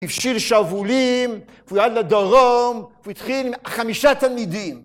הפשיל שרוולים, והוא ירד לדרום, והוא התחיל עם חמישה תלמידים.